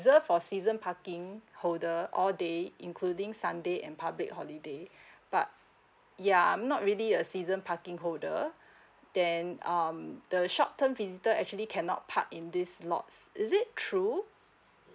for season parking holder all day including sunday and public holiday but yeuh I'm not really a season parking holder then um the short term visitor actually cannot park in these lots is it true